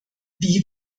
wie